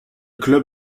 club